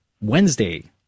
Wednesday